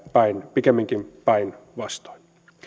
pikemminkin päinvastoin